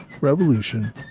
Revolution